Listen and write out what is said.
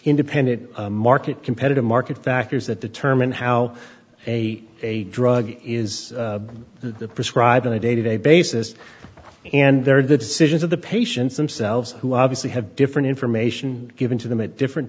independent market competitive market factors that determine how a a drug is the prescribed on a day to day basis and there are the decisions of the patients themselves who obviously have different information given to them at different